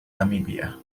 namibia